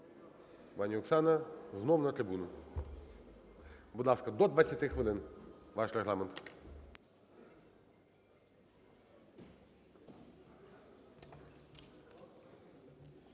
Пані Оксана, знов на трибуну. Будь ласка, до 20 хвилин ваш регламент.